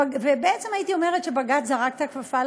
ובעצם הייתי אומר שבג"ץ זרק את הכפפה